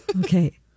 Okay